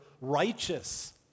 righteous